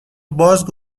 باز